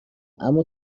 اما